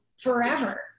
forever